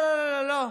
לא לא לא,